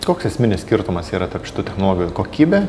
koks esminis skirtumas yra tarp šitų technologijų kokybė